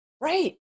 Right